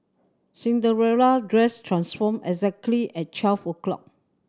Cinderella dress transformed exactly at twelve o'clock